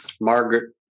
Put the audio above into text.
Margaret